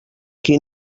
qui